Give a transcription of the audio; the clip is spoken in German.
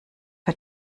bei